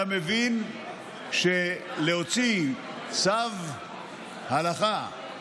אתה מבין שלהוציא צו ההלכה,